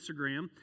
Instagram